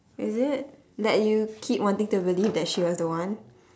is it that you keep wanting to believe that she was the one